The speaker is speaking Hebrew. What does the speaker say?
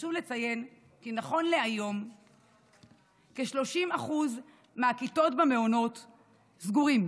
חשוב לציין כי נכון להיום כ-30% מהכיתות במעונות סגורות,